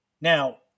Now